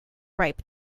ripe